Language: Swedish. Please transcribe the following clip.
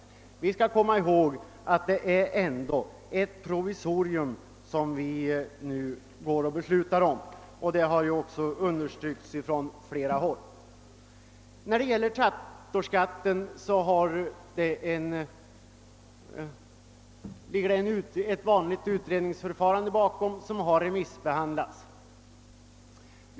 Det har understrukits från flera håll, att det är ett provisorium som vi nu går att besluta om. Bakom förslaget om traktorskatten ligger ett vanligt utredningsförfarande, och förslaget har remissbehandlats.